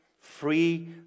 free